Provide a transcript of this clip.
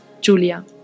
Julia